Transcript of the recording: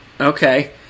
Okay